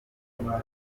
gutwara